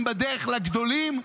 הם בדרך לגדולים,